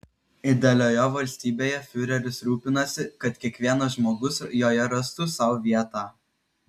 idealioje valstybėje fiureris rūpinasi kad kiekvienas žmogus joje rastų sau vietą